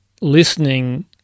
listening